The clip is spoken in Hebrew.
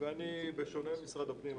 אני חושב, בשונה ממשרד הפנים,